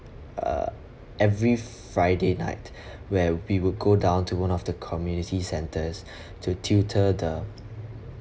uh every friday night where we would go down to one of the community centres to tutor the